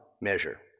measure